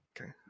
Okay